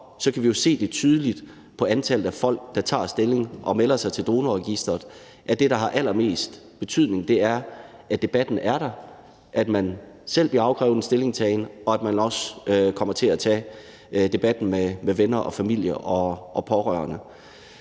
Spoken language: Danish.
op, kan vi tydeligt se det på antallet af folk, der tager stilling og melder sig til Organdonorregisteret, altså at det, der har allermest betydning, er, at debatten er der, at man selv bliver afkrævet en stillingtagen, og at man også tager debatten med venner og familie og pårørende.